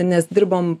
nes dirbom